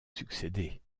succéder